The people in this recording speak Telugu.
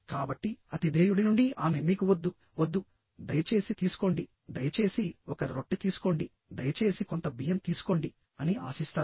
కాబట్టి అతిధేయుడి నుండి ఆమె మీకు వద్దు వద్దు దయచేసి తీసుకోండి దయచేసి ఒక రొట్టె తీసుకోండి దయచేసి కొంత బియ్యం తీసుకోండి అని ఆశిస్తారు